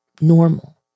normal